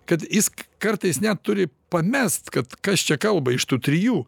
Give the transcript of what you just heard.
kad jis kartais net turi pamest kad kas čia kalba iš tų trijų